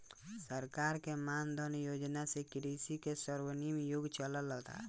सरकार के मान धन योजना से कृषि के स्वर्णिम युग चलता